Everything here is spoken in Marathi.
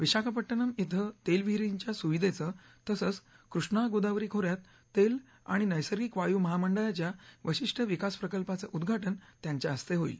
विशाखपट्टणम इथं तेलविहीरींच्या सुविधेचं तसंच कृष्णा गोदावरी खो यात तेल आणि नद्यर्गिक वायू महामंडळाच्या वशिष्ठ विकास प्रकल्पाचं उद्घाटन त्यांच्या हस्ते होईल